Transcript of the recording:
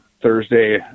Thursday